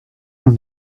noch